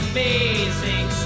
Amazing